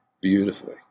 beautifully